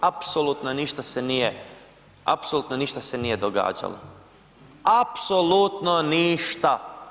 Apsolutno ništa se nije, apsolutno se ništa nije događalo, apsolutno ništa.